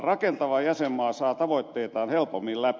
rakentava jäsenmaa saa tavoitteitaan helpommin läpi